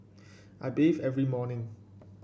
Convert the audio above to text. I bathe every morning